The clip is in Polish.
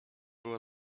była